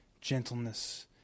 gentleness